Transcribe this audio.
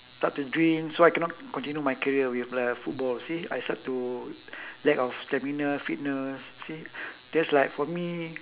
start to drink so I cannot continue my career with like uh football see I start to lag of stamina fitness see just like for me